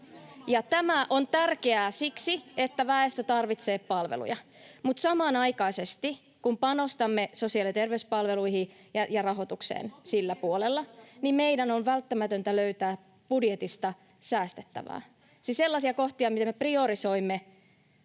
tämä on tärkeää siksi, että väestö tarvitsee palveluja, mutta samanaikaisesti, kun panostamme sosiaali- ja terveyspalveluihin ja rahoitukseen sillä puolella, [Krista Kiuru: Totuuden vierestä ei kannata puhua!] niin meidän on välttämätöntä löytää budjetista säästettävää. Siis valitaan sellaisia kohtia, mitä me priorisoimme